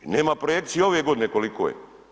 Nema projekcije ove godine koliko je.